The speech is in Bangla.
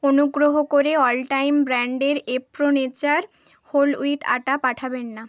অনুগ্রহ করে অল টাইম ব্র্যান্ডের Pro Nature whole wheat atta পাঠাবেন না